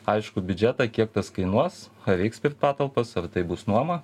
aiškų biudžetą kiek tas kainuos ar reiks pirkt patalpas ar tai bus nuoma